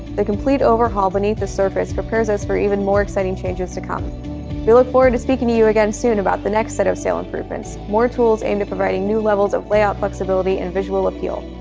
the complete overhaul beneath the surface prepares us for even more exciting changes to come. we look forward to speaking to you again soon about the next set of sail improvements, more tools aimed at providing new levels of layout flexibility and visual appeal.